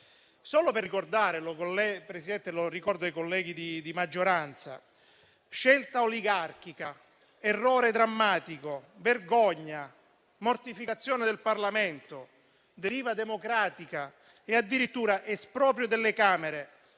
Solo per ricordarlo ai colleghi di maggioranza, signora Presidente: scelta oligarchica, errore drammatico, vergogna, mortificazione del Parlamento, deriva democratica e addirittura esproprio delle Camere